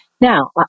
Now